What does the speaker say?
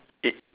it